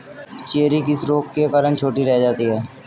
Cherry किस रोग के कारण छोटी रह जाती है?